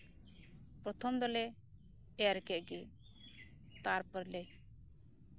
ᱯᱨᱚᱛᱷᱚᱢ ᱫᱚᱞᱮ ᱮᱨ ᱠᱮᱫ ᱜᱮ ᱛᱟᱨᱯᱚᱨ ᱞᱮ